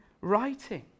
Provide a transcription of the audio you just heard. writing